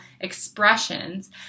expressions